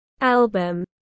album